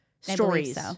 stories